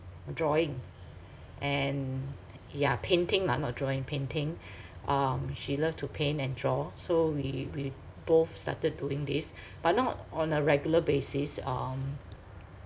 drawing and ya painting lah not drawing painting um she love to paint and draw so we we both started doing this but not on a regular basis um